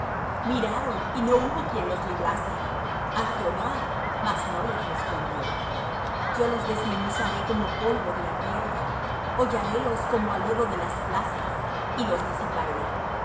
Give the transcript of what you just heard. miraron y no hubo quien los librase a jehová mas no les respondió yo los desmenuzaré como polvo de la tierra hollarélos como á lodo de las plazas y los disiparé tú